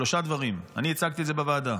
שלושה דברים, אני הצגתי את זה בוועדה,